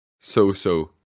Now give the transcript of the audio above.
so-so